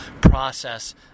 process